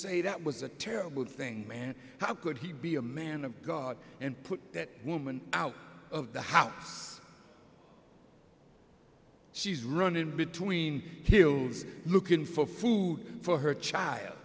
say that was a terrible thing man how could he be a man of god and put that woman out of the house she's run in between hills looking for food for her child